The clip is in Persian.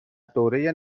دوره